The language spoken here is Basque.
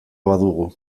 badugu